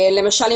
למשל,